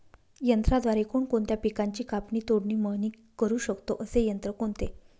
यंत्राद्वारे कोणकोणत्या पिकांची कापणी, तोडणी, मळणी करु शकतो, असे यंत्र कोणते?